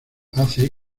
hace